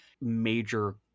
major